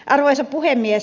arvoisa puhemies